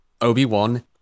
Obi-Wan